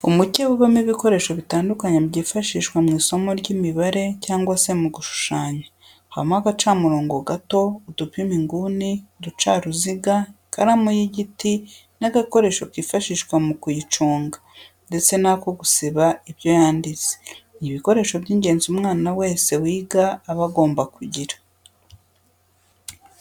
Umukebe ubamo ibikoresho bitandukanye byifashishwa mu isomo ry'imibare cyangwa se mu gushushanya habamo agacamurongo gato, udupima inguni, uducaruziga, ikaramu y'igiti n'agakoresho kifashishwa mu kuyiconga ndetse n'ako gusiba ibyo yanditse, ni ibikoresho by'ingenzi umwana wese wiga aba agomba kugira.